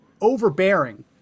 overbearing